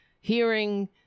hearing